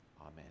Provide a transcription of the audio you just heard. amen